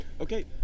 Okay